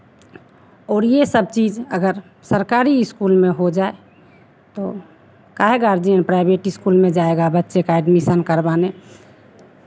और ये सब चीज़ अगर सरकारी स्कूल में हो जाए तो काहे गार्जियन प्राइवेट स्कूल में जाएगा बच्चे का एडमिशन करवाने